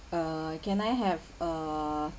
uh can I have a